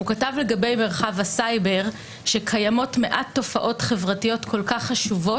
והוא כתב לגבי מרחב הסייבר שקיימות מעט תופעות חברתיות כל כך חשובות,